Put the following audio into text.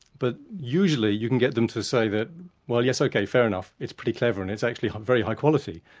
but usually you can get them to say that well yes, ok, fair enough, it's pretty clever and it's actually very high quality,